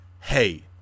hey